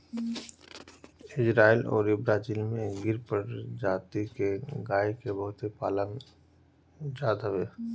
Israel अउरी Brazil में गिर प्रजति के गाई के बहुते पालल जात हवे